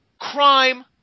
crime